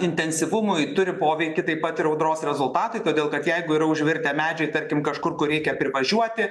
intensyvumui turi poveikį taip pat ir audros rezultatai todėl kad jeigu yra užvirtę medžiai tarkim kažkur kur reikia privažiuoti